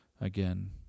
again